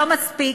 לא מספיק,